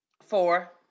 Four